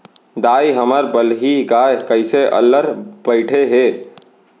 दाई, हमर बलही गाय कइसे अल्लर बइठे हे